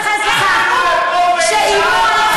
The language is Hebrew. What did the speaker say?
זה לא נכון.